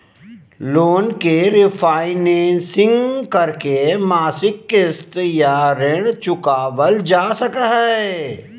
loan के refinancing करके मासिक किस्त या ऋण चुकावल जा हय